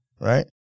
right